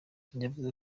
yavuze